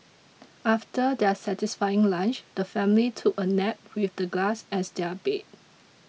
after their satisfying lunch the family took a nap with the grass as their bed